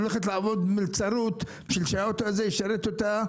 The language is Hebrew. היא עובדת במלצרות כדי שהאוטו הזה ישרת אותה,